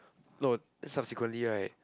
no subsequently right